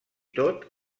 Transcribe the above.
tot